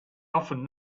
often